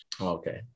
Okay